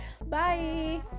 Bye